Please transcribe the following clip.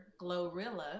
Glorilla